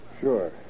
Sure